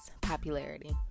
Popularity